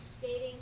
dating